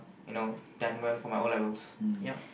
you know done well for my O-levels yup